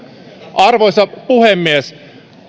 arvoisa puhemies